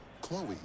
Chloe